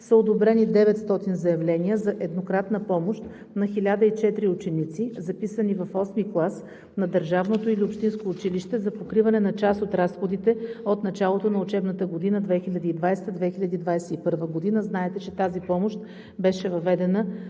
са одобрени 900 заявления за еднократна помощ на 1004 ученици, записани в VIII клас на държавното или общинското училище за покриване на част от разходите от началото на учебната 2020 – 2021 г. Знаете, че тази помощ беше въведена за първи път